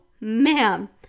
ma'am